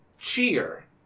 cheer